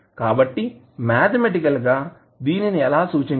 కాబట్టి మ్యాథమెటికల్ గా దీనిని ఎలా సూచించడం